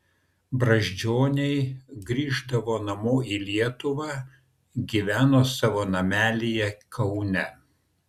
brazdžioniai grįždavo namo į lietuvą gyveno savo namelyje kaune